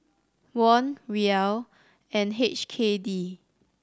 Won Riel and H K D